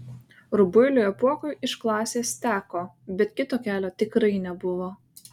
rubuiliui apuokui iš klasės teko bet kito kelio tikrai nebuvo